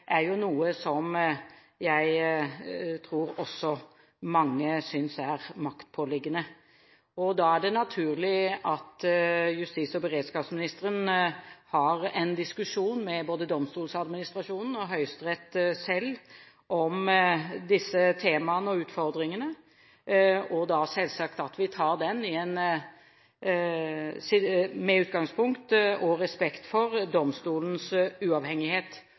er jo noe som jeg tror også mange synes er maktpåliggende. Da er det naturlig at justis- og beredskapsministeren har en diskusjon med både Domstolsadministrasjonen og Høyesterett selv, om disse temaene og utfordringene, med utgangspunkt i og respekt for domstolens uavhengighet,